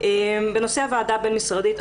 שאציג את הממצאים אני אתן שלוש נקודות להדגשה.